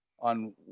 on